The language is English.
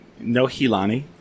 Nohilani